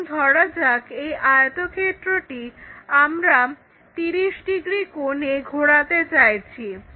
এখন ধরা যাক এই আয়তক্ষেত্রটিকে আমরা 30 ডিগ্রী কোণে ঘোরাতে চাইছি